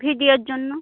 ভিডিওর জন্য